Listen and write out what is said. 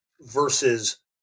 versus